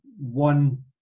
one